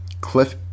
Cliff